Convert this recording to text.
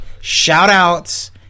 Shout-outs